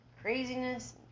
craziness